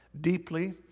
deeply